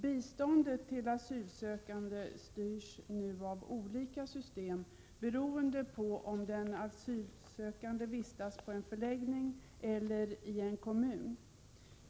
Biståndet till asylsökande styrs nu av olika system, beroende på om den asylsökande vistas på en förläggning eller i en kommun.